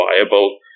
viable